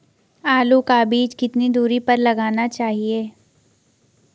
आलू का बीज कितनी दूरी पर लगाना चाहिए?